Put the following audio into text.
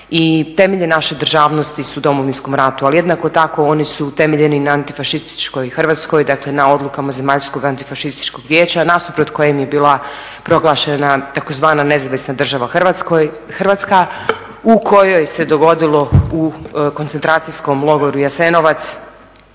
temelji naše državnosti su u Domovinskom ratu, ali jednako tako oni su temeljeni na antifašističkoj Hrvatskoj, dakle na odlukama Zemaljskog antifašističkog vijeća nasuprot kojem je bila proglašena tzv. Nezavisna država Hrvatska u kojoj se dogodilo u koncentracijskom logoru Jasenovac